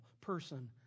person